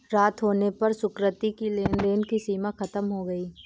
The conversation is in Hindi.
रात होने पर सुकृति की लेन देन की सीमा खत्म हो गई